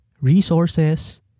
resources